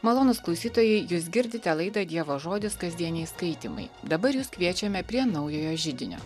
malonūs klausytojai jūs girdite laidą dievo žodis kasdieniai skaitymai dabar jus kviečiame prie naujojo židinio